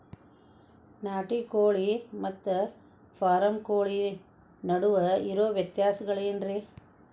ನಾಟಿ ಕೋಳಿ ಮತ್ತ ಫಾರಂ ಕೋಳಿ ನಡುವೆ ಇರೋ ವ್ಯತ್ಯಾಸಗಳೇನರೇ?